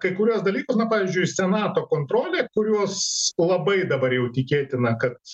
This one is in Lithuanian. kai kuriuos dalykus na pavyzdžiui senato kontrolę kurios labai dabar jau tikėtina kad